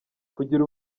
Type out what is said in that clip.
kugira